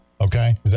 Okay